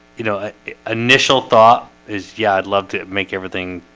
you know initial thought is yeah. i'd love to make everything,